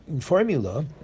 formula